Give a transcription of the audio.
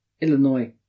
Illinois